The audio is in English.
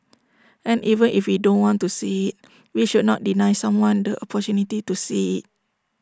and even if we don't want to see we should not deny someone the opportunity to see